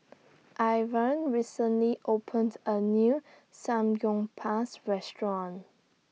Ivah recently opened A New Samgyeopsal Restaurant